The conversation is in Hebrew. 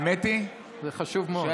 זה חשוב מאוד.